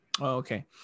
Okay